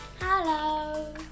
hello